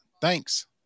Thanks